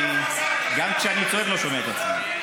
אני, גם כשאני צועק אני לא שומע את עצמי.